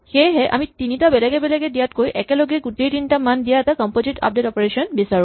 সেয়েহে আমি তিনিটা বেলেগে বেলেগে দিয়াতকৈ একেলগে গোটেই তিনিটা মান দিয়া এটা কম্পজিট আপডেট অপাৰেচন বিচাৰো